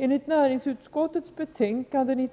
Enligt näringsutskottets betänkande